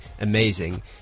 amazing